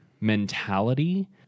mentality